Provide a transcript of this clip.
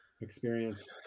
experience